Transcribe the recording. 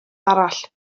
arall